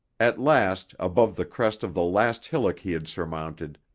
at last, above the crest of the last hillock he had surmounted,